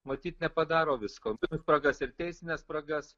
matyt nepadaro visko turim spragas ir teisines spragas